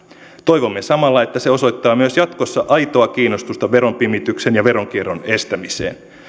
toivomme samalla että se osoittaa myös jatkossa aitoa kiinnostusta veron pimityksen ja veronkierron estämiseen